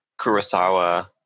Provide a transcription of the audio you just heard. kurosawa